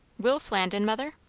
will flandin, mother?